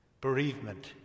bereavement